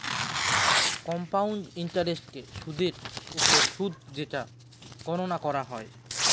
compound ইন্টারেস্টকে সুদের ওপর সুদ যেটা গণনা করা হয়